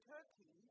Turkey